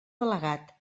delegat